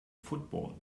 football